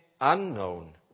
unknown